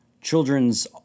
children's